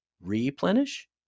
replenish